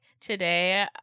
today